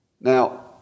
Now